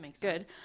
good